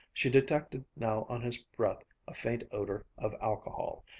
she detected now on his breath a faint odor of alcohol,